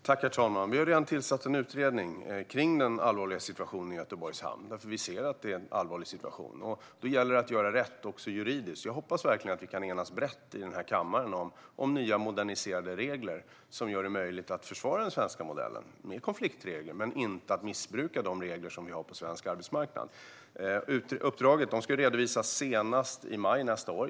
Herr talman! Vi har redan tillsatt en utredning om den allvarliga situationen i Göteborgs hamn. Vi ser att det är en allvarlig situation. Då gäller det att göra rätt också juridiskt. Jag hoppas verkligen att vi kan enas brett i kammaren om nya, moderniserade regler som gör det möjligt att försvara den svenska modellen med konfliktregler men inte att missbruka de regler vi har på svensk arbetsmarknad. Uppdraget ska redovisas senast i maj nästa år.